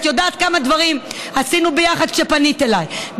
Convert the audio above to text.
את יודעת כמה דברים עשינו ביחד כשפנית אליי,